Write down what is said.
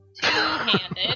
Two-handed